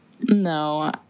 no